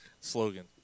Slogan